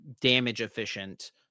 damage-efficient